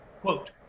quote